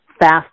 fast